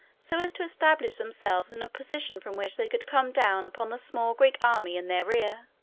so as to establish themselves in a position from which they could come down upon the small greek army in their rear.